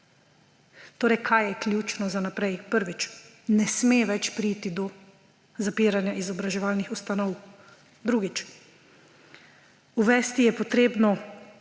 Torej, kaj je ključno za naprej? Prvič, ne sme več priti do zapiranja izobraževalnih ustanov. Drugič, uvesti je potrebno